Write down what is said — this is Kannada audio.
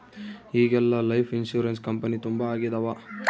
ಈಗೆಲ್ಲಾ ಲೈಫ್ ಇನ್ಸೂರೆನ್ಸ್ ಕಂಪನಿ ತುಂಬಾ ಆಗಿದವ